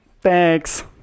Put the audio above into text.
Thanks